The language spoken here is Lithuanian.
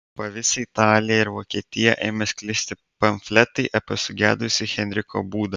po visą italiją ir vokietiją ėmė sklisti pamfletai apie sugedusį henriko būdą